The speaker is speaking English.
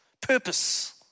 purpose